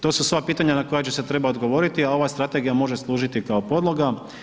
To su sva pitanja na koja će se trebati odgovoriti, a ova Strategija može služiti kao podloga.